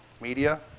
media